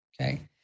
Okay